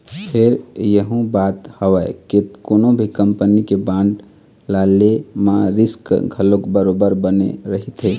फेर यहूँ बात हवय के कोनो भी कंपनी के बांड ल ले म रिस्क घलोक बरोबर बने रहिथे